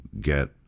get